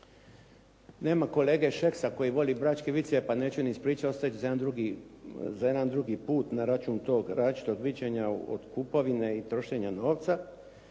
Nema kolege Šeksa koji voli bračke viceve, pa neću ispričati, ostavit ću za jedan drugi put na račun tog različitog viđenja od kupovine i trošenja novca.